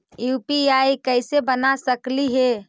UPI कैसे बना सकली हे?